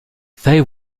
fay